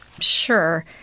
Sure